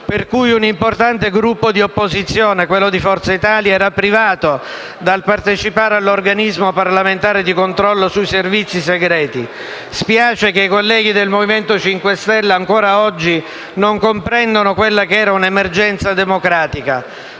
per cui un'importante Gruppo di opposizione, quello di Forza Italia, era privato dal partecipare all'organismo parlamentare di controllo sui servizi segreti. Spiace che i colleghi del Movimento 5 Stelle ancora oggi non comprendano quella che era una emergenza democratica.